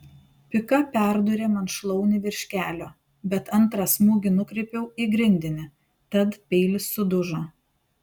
pika perdūrė man šlaunį virš kelio bet antrą smūgį nukreipiau į grindinį tad peilis sudužo